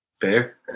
Fair